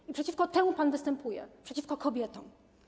I przeciwko temu pan występuje, przeciwko kobietom.